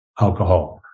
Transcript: alcohol